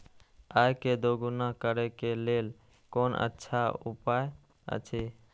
आय के दोगुणा करे के लेल कोन अच्छा उपाय अछि?